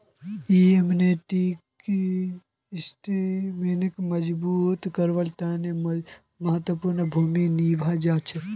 यई इम्यूनिटी सिस्टमक मजबूत करवार तने महत्वपूर्ण भूमिका निभा छेक